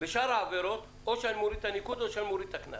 בשאר העבירות או שאני מוריד את הניקוד או שאני מוריד את הקנס?